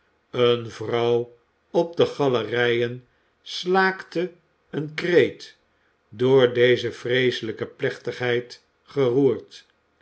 eene vrouw op de galerijen slaakte een kreet door deze vreeselijke plechtigheid geroerd